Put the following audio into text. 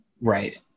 Right